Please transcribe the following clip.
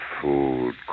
food